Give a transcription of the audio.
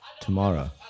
tomorrow